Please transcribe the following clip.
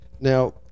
Now